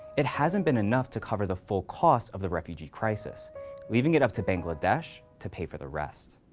it hasn't been enough to cover the full costs of the refugee crisis leaving it up to bangladesh to pay for the rest.